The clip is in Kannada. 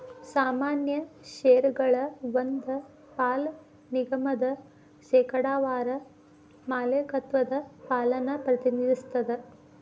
ಸಾಮಾನ್ಯ ಷೇರಗಳ ಒಂದ್ ಪಾಲ ನಿಗಮದ ಶೇಕಡಾವಾರ ಮಾಲೇಕತ್ವದ ಪಾಲನ್ನ ಪ್ರತಿನಿಧಿಸ್ತದ